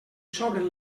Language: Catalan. sobren